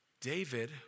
David